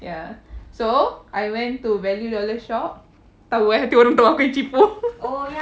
ya so I went to value dollar shop tahu eh tu untuk aku cheapo